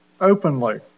openly